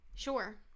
Sure